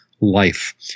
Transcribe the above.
life